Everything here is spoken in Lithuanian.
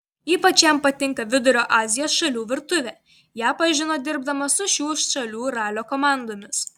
ypač jam patinka vidurio azijos šalių virtuvė ją pažino dirbdamas su šių šalių ralio komandomis